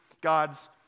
God's